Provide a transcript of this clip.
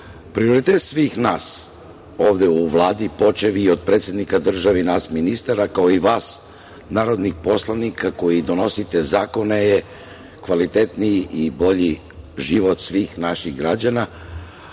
prioritet svih nas ovde u Vladi, počev i od predsednika države i nas ministara, kao i vas narodnih poslanika koji donosite zakone je kvalitetniji i bolji život svih naših građana,